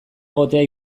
egotea